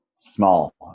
small